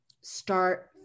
start